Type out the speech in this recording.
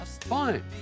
fine